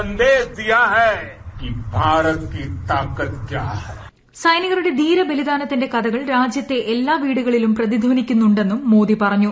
സൈനികരുടെ ധീര ബലിദാനത്തിന്റെ കഥകൾ രാജ്യത്തെ എല്ലാ വീടുകളിലും പ്രതിധനിക്കുന്നുണ്ടെന്നും മോദി പറഞ്ഞു